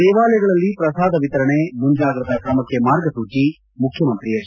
ದೇವಾಲಯಗಳಲ್ಲಿ ಪ್ರಸಾದ ವಿತರಣೆ ಮುಂಜಾಗ್ರತಾ ಕ್ರಮಕ್ಕೆ ಮಾರ್ಗಸೂಜಿ ಮುಖ್ಯಮಂತ್ರಿ ಎಚ್